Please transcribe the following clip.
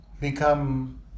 become